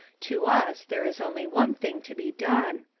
to us there is only one thing to be done.